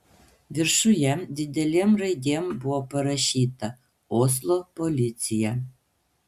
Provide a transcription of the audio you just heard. viršuje didelėm raidėm buvo parašyta oslo policija